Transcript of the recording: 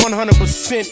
100%